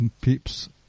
peeps